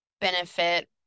benefit